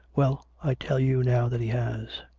well, i tell you now that he has.